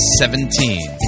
seventeen